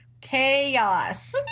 Chaos